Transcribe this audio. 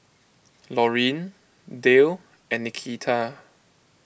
Laurine Dale and Nikita